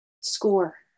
Score